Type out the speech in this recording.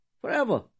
forever